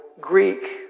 Greek